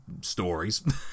stories